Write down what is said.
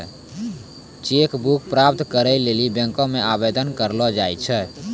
cheque book प्राप्त करै लेली बैंक मे आवेदन करलो जाय छै